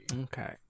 Okay